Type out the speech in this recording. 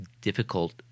difficult